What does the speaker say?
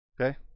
Okay